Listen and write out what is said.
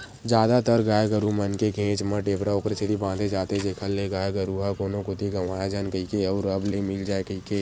जादातर गाय गरु मन के घेंच म टेपरा ओखरे सेती बांधे जाथे जेखर ले गाय गरु ह कोनो कोती गंवाए झन कहिके अउ रब ले मिल जाय कहिके